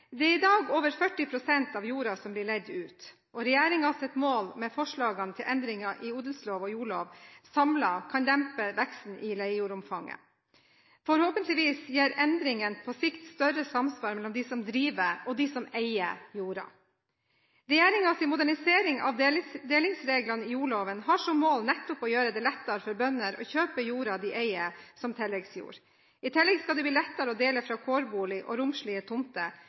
Det er i dag over 40 pst. av jorda som blir leid ut, og regjeringens mål med forslagene til endringer i odelslov og jordlov samlet kan dempe veksten i leiejordomfanget. Forhåpentligvis gir endringene på sikt større samsvar mellom driver og eier av jorda. Regjeringens modernisering av delingsreglene i jordloven har som mål nettopp å gjøre det lettere for bønder å kjøpe jorda de leier, som tilleggsjord. I tillegg skal det bli lettere å dele fra kårbolig og romslige